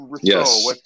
Yes